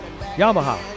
Yamaha